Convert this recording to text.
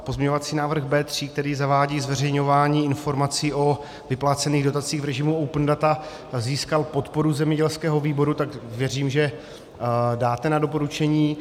Pozměňovací návrh B3, který zavádí zveřejňování informací o vyplacených dotacích v režimu open data, získal podporu zemědělského výboru, tak věřím, že dáte na doporučení.